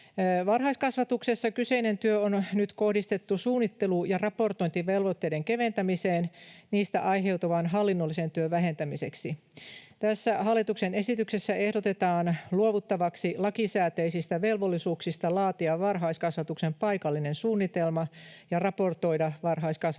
Varhaiskasvatuksessa kyseinen työ on nyt kohdistettu suunnittelu- ja raportointivelvoitteiden keventämiseen niistä aiheutuvan hallinnollisen työn vähentämiseksi. Tässä hallituksen esityksessä ehdotetaan luovuttavaksi lakisääteisistä velvollisuuksista laatia varhaiskasvatuksen paikallinen suunnitelma ja raportoida varhaiskasvatuksen